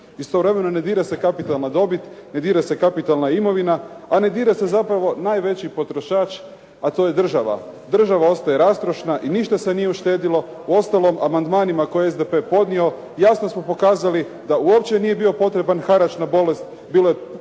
Istovremeno ne dira se kapitalna dobit, ne dira se kapitalna imovina, a ne dira se zapravo najveći potrošač, a to je država. Država ostaje rastrošna i ništa se nije uštedilo. Uostalom amandmanima koje je SDP-e podnio, jasno smo pokazali da uopće nije bio potreban harač na bolest, bilo je dovoljno